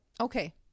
Okay